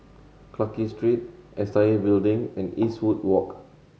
Clarke Street S I A Building and Eastwood Walk